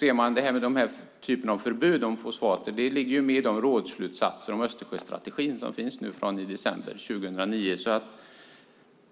Denna typ av förbud, som det mot fosfater, ligger med i de rådsslutsatser om Östersjöstrategin som nu finns sedan december 2009.